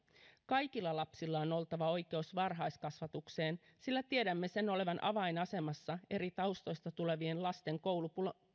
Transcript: kaikilla lapsilla on oltava oikeus varhaiskasvatukseen sillä tiedämme sen olevan avainasemassa eri taustoista tulevien lasten koulupolun